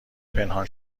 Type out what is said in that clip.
پنهان